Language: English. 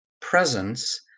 presence